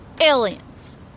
Aliens